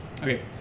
Okay